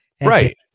right